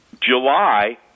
July